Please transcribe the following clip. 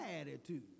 attitude